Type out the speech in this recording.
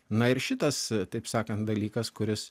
na ir šitas taip sakant dalykas kuris